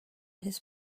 his